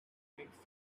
makes